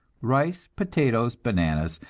rice, potatoes, bananas,